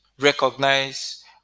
recognize